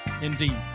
indeed